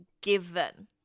given